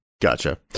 Gotcha